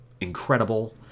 incredible